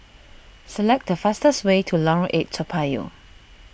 select the fastest way to Lorong eight Toa Payoh